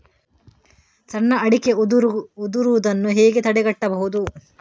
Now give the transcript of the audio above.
ಸಣ್ಣ ಅಡಿಕೆ ಉದುರುದನ್ನು ಹೇಗೆ ತಡೆಗಟ್ಟಬಹುದು?